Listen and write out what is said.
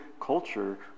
culture